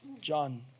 John